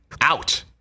out